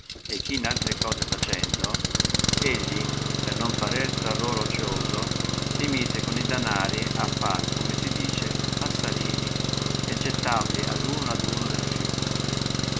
e chi in altre cose facendo egli per non parer tra loro ocioso si mise con i danari a far come si dice passarini e gettavali ad uno ad uno nel iiume